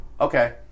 Okay